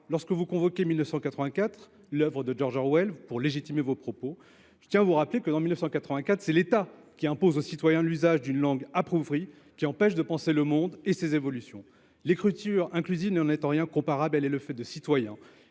lorsque vous convoquez , l’œuvre de George Orwell, pour légitimer vos propos. Dans cet ouvrage, c’est en effet l’État qui impose aux citoyens l’usage d’une langue appauvrie, qui empêche de penser le monde et ses évolutions. L’écriture inclusive n’est en rien comparable : elle est le fait de citoyens